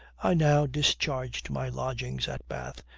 i now discharged my lodgings at bath,